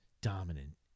dominant